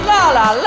Lala